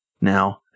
now